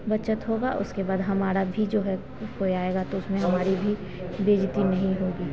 बचत होगी और उसके बाद हमारा भी जो है कोई आएगा तो उसमें हमारी भी बेइज्जती नहीं होगी